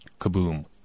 kaboom